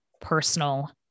personal